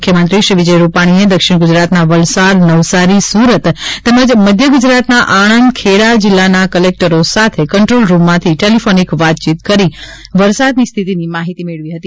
મુખ્યમંત્રી શ્રી વિજયભાઈ રૂપાણીએ દક્ષિણ ગુજરાતના વલસાડ નવસારી સુરત તેમજ મધ્ય ગુજરાતના આણંદ ખેડા જીલ્લાના કલેકટરો સાથે કન્ટ્રોલરૂમમાંથી ટેલીફોનીક વાતચીત કરી વરસાદની સ્થિતિની માહિતી મેળવી હતી